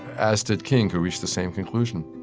as did king, who reached the same conclusion